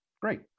Great